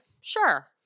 sure